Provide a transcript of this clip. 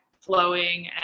flowing